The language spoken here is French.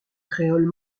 créole